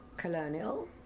Colonial